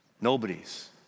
Nobody's